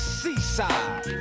seaside